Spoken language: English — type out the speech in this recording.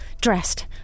dressed